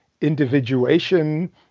individuation